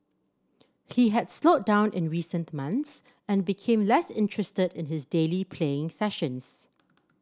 he had slowed down in recent months and became less interested in his daily playing sessions